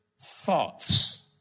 thoughts